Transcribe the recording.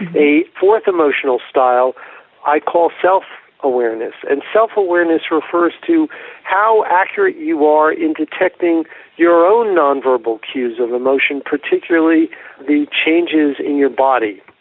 a fourth emotional style i call self awareness, and self awareness refers to how accurate you are in detecting your own non-verbal cues of emotion, particularly the changes in your body.